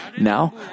now